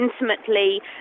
intimately